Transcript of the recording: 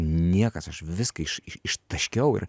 niekas aš viską iš ištaškiau ir